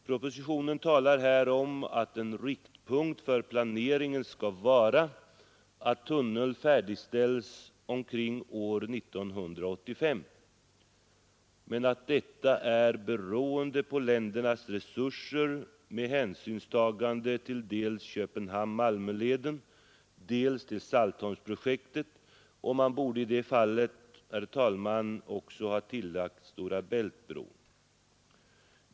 Propositionen talar här om att en riktpunkt för planeringen skall vara, att tunneln färdigställs omkring år 1985 men att detta är beroende på ländernas resurser med hänsyn till dels Köpenhamn—Malmör-leden, dels Saltholmsprojektet — man borde i det fallet, herr talman, också ha tillagt Stora Bält-bron.